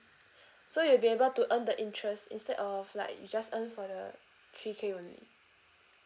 so you'll be able to earn the interest instead of like you just earn for the three K only